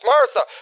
Martha